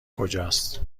کجاست